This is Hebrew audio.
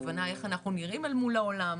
ההבנה של איך אנחנו נראים מול העולם,